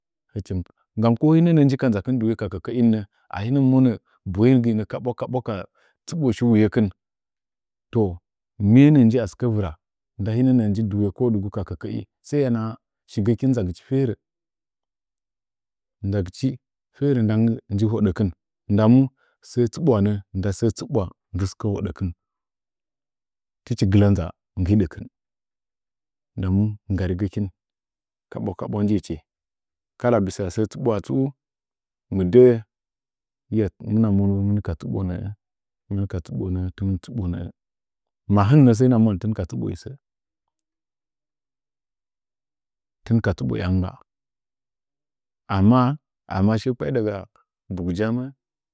Nggam ko hɨnə nə’ə nji ka nʒakin duye ka kəkəinnə boyen nggɨnə kaɓwa kaɓwa ka tsɨɓo shiwuyekin to miye nja asɨkə vira nda hɨnnəə nji duye ka kəkəin shigəkin nʒagirchi ferə, nʒagɨchi fere nda naggɨ nji hodəkin, nda mu, səə tsuɓwanə ndasəə tsɨɓwa ndɨ dɨkə modəkin tichi gɨlə ndaa sətsɨɓwa ndɨhodəkin ndamu nggarigəkin kaɓwa kaɓwa njiichi kala bisa səə tsaɓwa tsu mɨ dəə himwa monu hin ka tsuɓo nə’ə tɨmɨn tsɨɓo nəə ma himə sai na monə tin ka tsuɓo kə, tɨn katsɨɓo ꞌyammgba amma amma səə kpa’i daga bugyəmə.